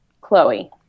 Chloe